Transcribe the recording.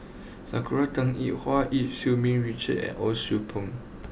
Sakura Teng Ying Hua Eu Ming Richard and Cheong Soo Pieng